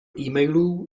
emailů